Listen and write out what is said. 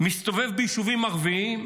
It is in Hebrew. מסתובב ביישובים ערביים: